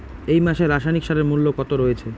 এই মাসে রাসায়নিক সারের মূল্য কত রয়েছে?